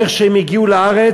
איך שהם הגיעו לארץ,